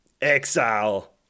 Exile